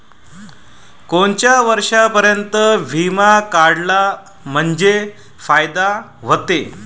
कोनच्या वर्षापर्यंत बिमा काढला म्हंजे फायदा व्हते?